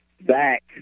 back